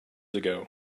ago